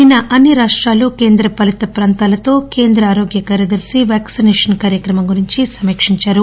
నిన్న అన్ని రాష్టాలు కేంద్రపాలిత ప్రాంతాలతో కేంద్ర ఆరోగ్య కార్యదర్శి వ్యాక్సిసేషన్ కార్యక్రమం గురించి సమీక్షించారు